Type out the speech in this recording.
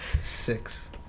Six